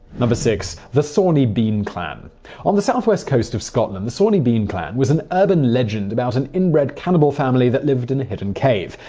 six. the sawney bean clan on the southwest coast of scotland, the sawney bean clan was an urban legend about an inbred cannibal family that lived in a hidden cave.